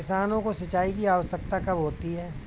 किसानों को सिंचाई की आवश्यकता कब होती है?